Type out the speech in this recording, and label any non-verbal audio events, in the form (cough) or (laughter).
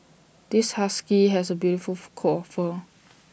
this husky has A beautiful (noise) coat of fur